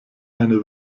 eine